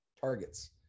targets